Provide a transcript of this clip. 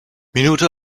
minute